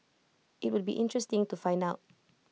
IT would be interesting to find out